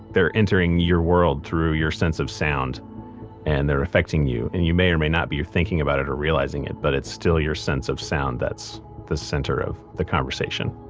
they're entering your world through your sense of sound and they're affecting you. and you may or may not be thinking about it or realizing it but it's still your sense of sound that's the center of the conversation